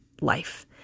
life